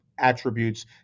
Attributes